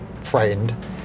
frightened